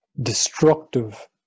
destructive